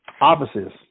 offices